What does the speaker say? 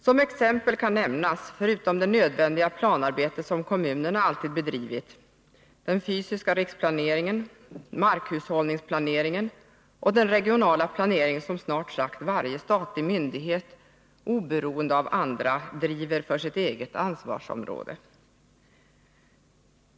Som exempel kan nämnas — förutom det nödvändiga planarbete som kommunerna alltid bedrivit — den fysiska riksplaneringen, markhushållningsplaneringen och den regionala planering som snart sagt varje statlig myndighet oberoende av andra driver för sitt eget ansvarsområde.